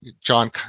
John